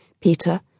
Peter